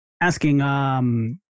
asking